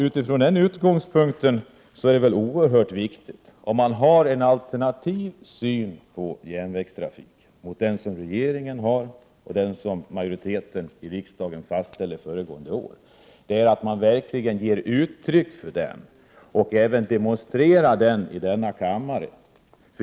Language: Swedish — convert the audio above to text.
Utifrån den utgångspunkten är det oerhört viktigt, om man har en annan syn på järnvägstrafiken är den regeringen har och den majoriteten av riksdagen fastställde föregående år, att man verkligen ger uttryck för den och demonstrerar den i denna kammare.